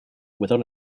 without